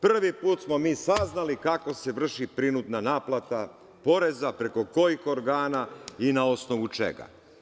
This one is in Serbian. Prvi put smo mi saznali kako se vrši ova prinudna naplata poreza, preko kojih organa i na osnovu čega.